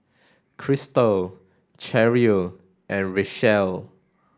Kristal Cheryle and Richelle